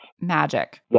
Magic